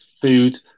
food